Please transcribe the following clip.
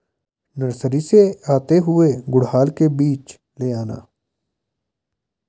nursery से आते हुए गुड़हल के बीज ले आना